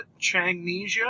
Changnesia